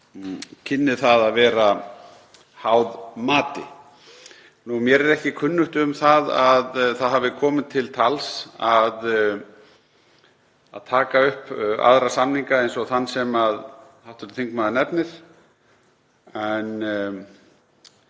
kynni það að vera háð mati. Mér er ekki kunnugt um að það hafi komið til tals að taka upp aðra samninga eins og þann sem hv. þingmaður nefnir, en